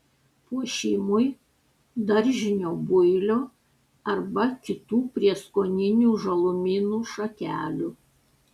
puošimui daržinio builio arba kitų prieskoninių žalumynų šakelių